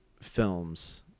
films